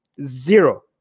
Zero